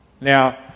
Now